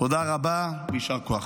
תודה רבה ויישר כוח.